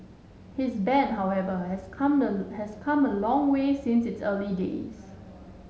his band however has come a has come a long way since its early days